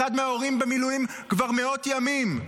אחד מההורים במילואים כבר מאות ימים.